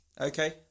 Okay